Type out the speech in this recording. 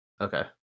okay